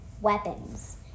weapons